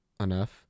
enough